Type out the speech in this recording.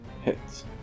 Hits